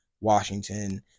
Washington